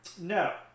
no